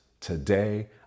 today